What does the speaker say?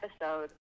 episode